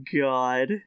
God